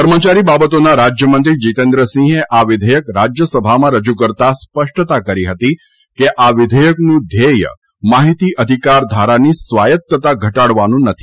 કર્મચારી બાબતોના રાજયમંત્રી જીતેન્દ્રસિંહે આ વિધેયક રાજ્યસભામાં રજી કરતા સ્પષ્ટતા કરી હતી કે આ વિઘેયકનું ધ્યેય માહિતી અધિકાર ધારાની સ્વાયત્તતા ઘટાડવાનું નથી